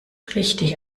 richtig